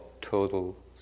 total